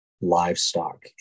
livestock